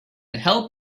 help